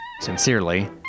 Sincerely